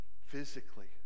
physically